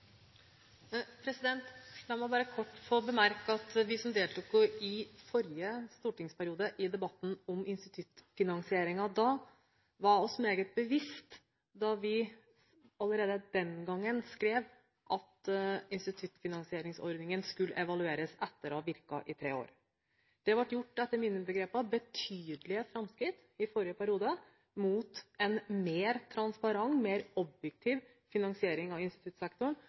vi allerede den gangen skrev at ordningen skulle evalueres etter å ha virket i tre år. Det ble gjort – etter mine begreper – betydelige framskritt i forrige periode, mot en mer transparent, mer objektiv finansiering av instituttsektoren